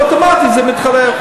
אוטומטית זה מתחלף.